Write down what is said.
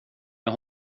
med